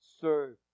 serve